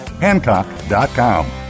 Hancock.com